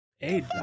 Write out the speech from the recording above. Eight